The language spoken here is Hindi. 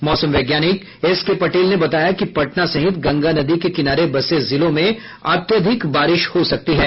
मौसम वैज्ञानिक एसके पटेल ने बताया कि पटना सहित गंगा नदी के किनारे बसे जिलों में अत्याधिक बारिश हो सकती है